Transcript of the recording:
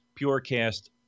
PureCast